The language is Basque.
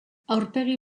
aurpegi